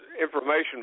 information